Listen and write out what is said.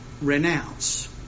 renounce